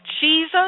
Jesus